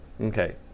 Okay